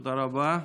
תודה רבה.